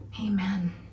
Amen